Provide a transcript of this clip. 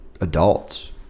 adults